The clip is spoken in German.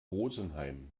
rosenheim